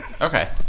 Okay